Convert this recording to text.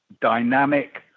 dynamic